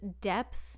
depth